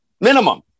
minimum